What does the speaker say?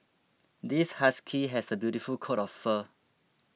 this husky has a beautiful coat of fur